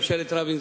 ממשלת רבין,